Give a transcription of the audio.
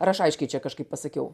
ar aš aiškiai čia kažkaip pasakiau